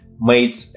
made